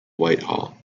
whitehall